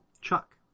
Chuck